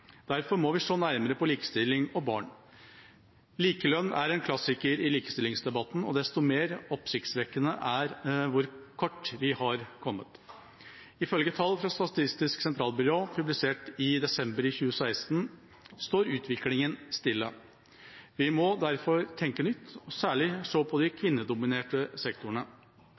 Derfor må vi se nærmere på likestilling og barn. Likelønn er en klassiker i likestillingsdebatten, og da er det desto mer oppsiktsvekkende hvor kort vi har kommet. Ifølge tall fra Statistisk sentralbyrå publisert i desember i 2016, står utviklingen stille. Vi må derfor tenke nytt og særlig se på de kvinnedominerte sektorene.